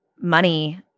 money